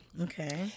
Okay